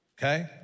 okay